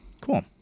Cool